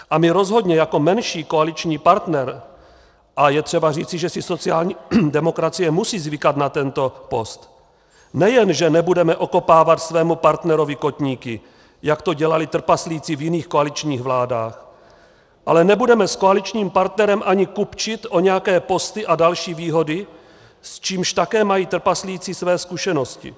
A my rozhodně jako menší koaliční partner a je třeba říci, že si sociální demokracie musí zvykat na tento post nejenže nebudeme okopávat svému partnerovi kotníky, jak to dělali trpaslíci v jiných koaličních vládách, ale nebudeme s koaličním partnerem ani kupčit o nějaké posty a další výhody, s čímž také mají trpaslíci své zkušenosti.